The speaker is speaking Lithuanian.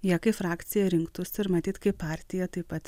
jie kaip frakcija rinktųsi ir matyt kaip partija taip pat